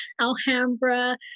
Alhambra